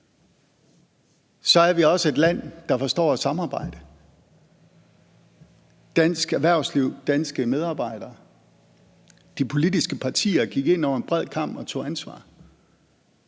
Så er vi også et land, der forstår at samarbejde, f.eks. dansk erhvervsliv og danske medarbejdere. De politiske partier gik ind over en bred kam og tog ansvar.